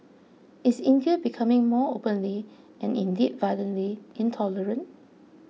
is India becoming more openly and indeed violently intolerant